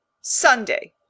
Sunday